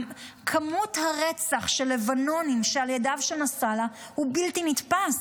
כמות הרצח של לבנונים שעל ידיו של נסראללה היא בלתי נתפסת.